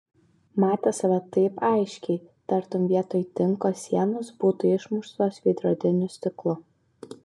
matė save taip aiškiai tartum vietoj tinko sienos būtų išmuštos veidrodiniu stiklu